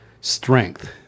strength